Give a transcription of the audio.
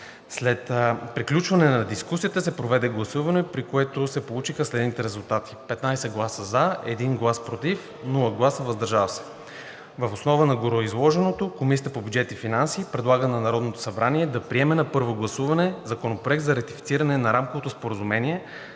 След приключване на дискусията се проведе гласуване, при което се получиха следните резултати: 15 гласа „за“, 1 глас „против“ и 0 гласа „въздържал се“. Въз основа на гореизложеното, Комисията по бюджет и финанси предлага на Народното събрание да приеме на първо гласуване Законопроект за ратифициране на Рамковото споразумение